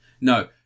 No